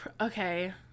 Okay